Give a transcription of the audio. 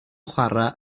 chwarae